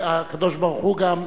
הקדוש-ברוך-הוא גם